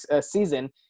season